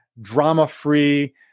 drama-free